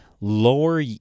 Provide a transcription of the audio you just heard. lower